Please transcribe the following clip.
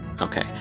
Okay